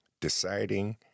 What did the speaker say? Deciding